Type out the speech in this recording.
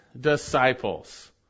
disciples